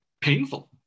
painful